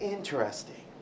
Interesting